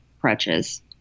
crutches